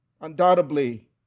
undoubtedly